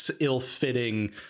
ill-fitting